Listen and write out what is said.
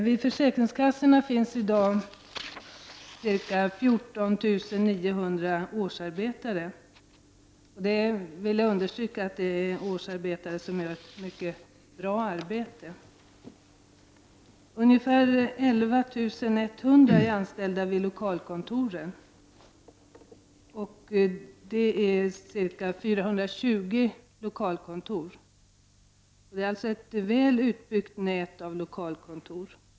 Vid försäkringskassorna finns i dag ca 14 900 årsarbetare. Jag vill understryka att dessa årsarbetare gör ett mycket bra arbete. Ungefär 11 100 är anställda vid lokalkontoren, och det finns ca 420 lokalkontor. Det är alltså ett väl utbyggt nät av lokalkontor.